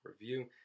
review